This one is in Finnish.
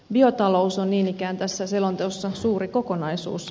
biotalous on niin ikään tässä selonteossa suuri kokonaisuus